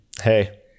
Hey